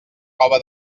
roba